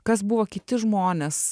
kas buvo kiti žmonės